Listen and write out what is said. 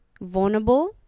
vulnerable